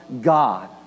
God